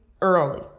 early